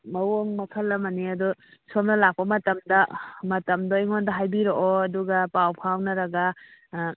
ꯃꯑꯣꯡ ꯃꯈꯜ ꯑꯃꯅꯤ ꯑꯗꯣ ꯁꯣꯝꯅ ꯂꯥꯛꯄ ꯃꯇꯝꯗ ꯃꯇꯝꯗꯣ ꯑꯩꯉꯣꯟꯗ ꯍꯥꯏꯕꯤꯔꯛꯑꯣ ꯑꯗꯨꯒ ꯄꯥꯎ ꯐꯥꯎꯅꯔꯒ